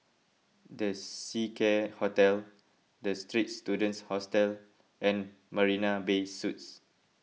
the Seacare Hotel the Straits Students Hostel and Marina Bay Suites